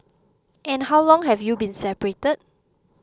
and how long have you been separated